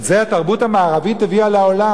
את זה התרבות המערבית הביאה לעולם.